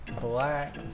Black